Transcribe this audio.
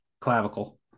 clavicle